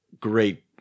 great